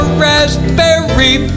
raspberry